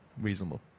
reasonable